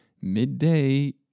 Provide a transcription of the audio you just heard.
midday